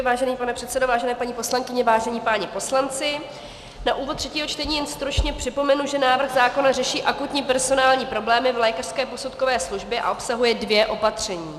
Vážený pane předsedo, vážené paní poslankyně, vážení páni poslanci, na úvod třetího čtení jen stručně připomenu, že návrh zákona řeší akutní personální problémy v lékařské posudkové službě a obsahuje dvě opatření.